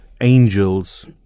angels